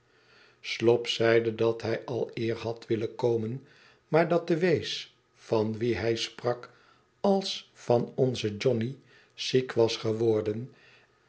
slop zeide dat hij al eer had willen komen maar dat de wees van wien hij sprak als van onze johnny ziek was geworden